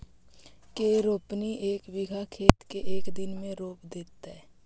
के रोपनी एक बिघा खेत के एक दिन में रोप देतै?